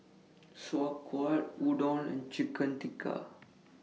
Sauerkraut Udon and Chicken Tikka